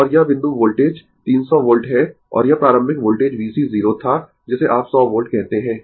और यह बिंदु वोल्टेज 300 वोल्ट है और यह प्रारंभिक वोल्टेज VC 0 था जिसे आप 100 वोल्ट कहते है